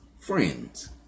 Friends